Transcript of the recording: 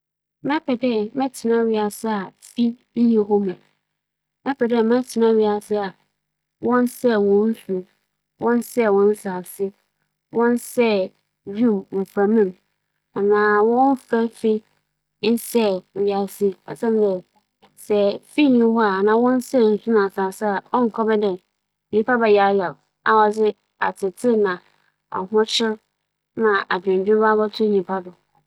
Mebɛpɛ dɛ mebɛtsena wiadze a ohia biara nnyim kyɛn dɛ mebɛtsena wiadze a atsenae ne nsɛe biara nnkͻ do. Siantsir nye dɛ, ohia yɛ yaw na sɛ mowͻ sika a, ͻbɛma m'abrabͻ akͻ yie mbom wiadze ͻno sɛ atsenae no mu nsɛe biara kͻ do wͻ mu no, sɛ mowͻ sika a mobotum dze esiesie mu ma ayɛ kama kama mbom ohia dze omo.